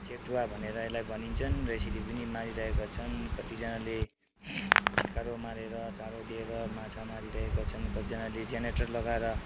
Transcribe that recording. चेप्टुवा भनेर यसलाई भनिन्छन् र यसरी पनि मारिरहेका छन् कतिजनाले छेकारो मारेर चारो दिएर माछा मारिरहेका छन् कतिजनाले जेनरेटर लगाएर